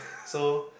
so